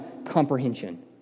comprehension